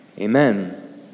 Amen